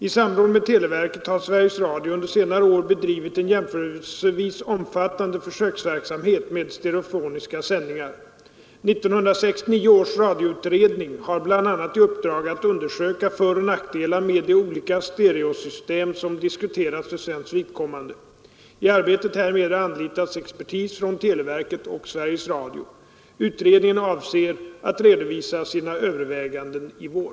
I samråd med televerket har Sveriges Radio under senare år bedrivit en jämförelsevis omfattande försöksverksamhet med stereofoniska sändningar. 1969 års radioutredning har bl.a. i uppdrag att undersöka föroch nackdelarna med de olika stereosystem som diskuterats för svenskt vidkommande. I arbetet härmed har anlitats expertis från televerket och Sveriges Radio. Utredningen avser att redovisa sina överväganden i vår.